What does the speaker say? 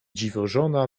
dziwożona